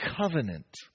covenant